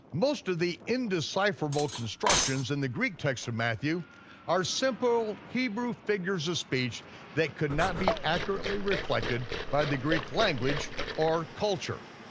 most of the indecipherable constructions in the greek text of matthew are simple hebrew figures of speech that could not be accurately reflected by the greek language or culture.